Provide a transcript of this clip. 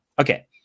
Okay